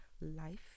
life